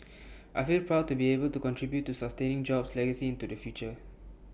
I feel proud to be able to contribute to sustaining jobs' legacy into the future